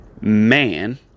man